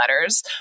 letters